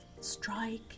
Strike